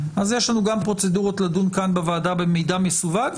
אז יש לנו גם פרוצדורות לדון כאן בוועדה במידע מסווג,